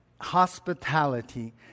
hospitality